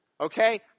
Okay